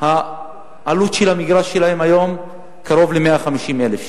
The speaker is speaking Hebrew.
העלות של המגרש שלהם היום קרובה ל-150,000 שקל,